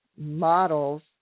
models